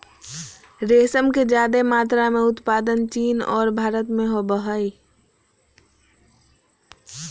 रेशम के ज्यादे मात्रा में उत्पादन चीन और भारत में होबय हइ